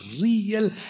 real